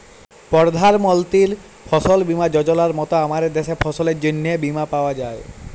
পরধাল মলতির ফসল বীমা যজলার মত আমাদের দ্যাশে ফসলের জ্যনহে বীমা পাউয়া যায়